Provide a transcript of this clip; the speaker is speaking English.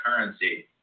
currency